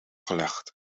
gelegd